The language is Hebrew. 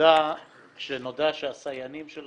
- נולדה כשנודע שהסייענים של